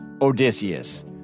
Odysseus